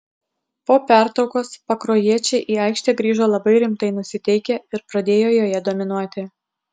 po pertraukos pakruojiečiai į aikštę grįžo labai rimtai nusiteikę ir pradėjo joje dominuoti